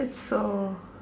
that's so